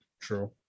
true